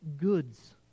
goods